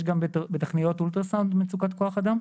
יש גם בטכנאיות אולטרסאונד מצוקת כוח אדם?